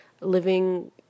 living